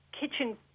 kitchen